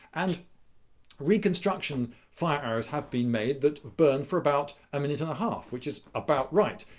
and reconstruction fire arrows have been made that burn for about a minute and a half. which is about right.